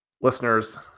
listeners